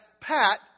Pat